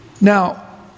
now